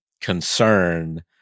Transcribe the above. concern